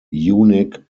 unique